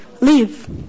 leave